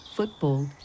Football